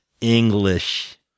English